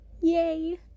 yay